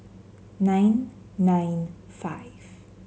nine nine five